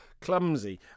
clumsy